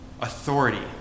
authority